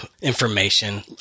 information